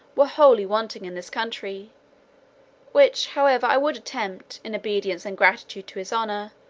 were wholly wanting in this country which, however, i would attempt, in obedience and gratitude to his honour,